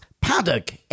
Paddock